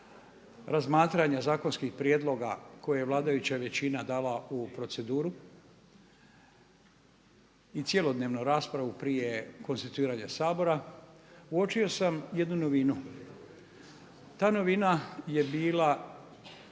razmatranja zakonskih prijedloga koje je vladajuća većina dala u proceduru i cjelodnevnu raspravu prije konstituiranja Sabora uočio sam jednu novinu. Ta novina je bila